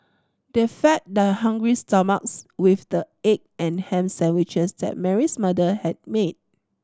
they fed their hungry stomachs with the egg and ham sandwiches that Mary's mother had made